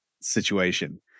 situation